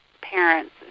parents